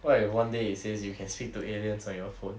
what if one day it says you can speak to aliens on your phone